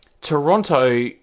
Toronto